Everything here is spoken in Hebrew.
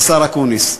השר אקוניס,